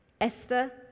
Esther